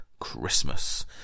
Christmas